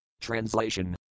Translation